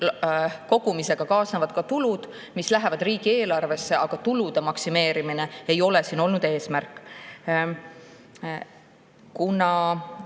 kogumisega kaasnevad tulud, mis lähevad riigieelarvesse, aga tulude maksimeerimine ei ole olnud siin eesmärk. Uute